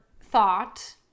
thought